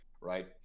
right